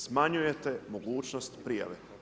Smanjujete mogućnost prijave.